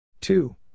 Two